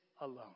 alone